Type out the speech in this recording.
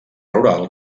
rural